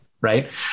right